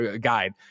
guide